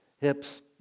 hips